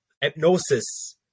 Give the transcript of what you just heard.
hypnosis